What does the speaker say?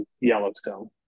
Yellowstone